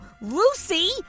Lucy